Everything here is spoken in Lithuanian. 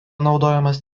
naudojamas